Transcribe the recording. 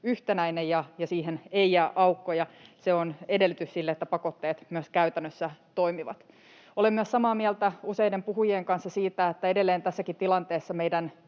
yhtenäinen ja siihen ei jää aukkoja. Se on edellytys sille, että pakotteet myös käytännössä toimivat. Olen myös samaa mieltä useiden puhujien kanssa siitä, että edelleen tässäkin tilanteessa meidän